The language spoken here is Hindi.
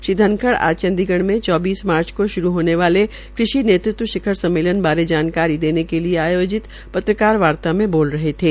श्री धनखड़ आज चंडीगढ़ में चौबीस मार्च को शुरू होने वाले कृषि नेतृत्व शिखर सम्मेलन बारे जानकारी देते हुए आयोजित पत्रकारवार्ता में बोल रहे थे